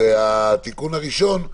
והתיקון הראשון,